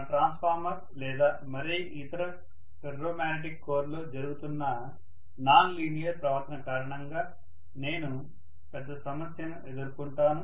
నా ట్రాన్స్ఫార్మర్ లేదా మరే ఇతర ఫెర్రో మాగ్నెటిక్ కోర్ లో జరుగుతున్న నాన్ లీనియర్ ప్రవర్తన కారణంగా నేను పెద్ద సమస్యను ఎదుర్కొంటాను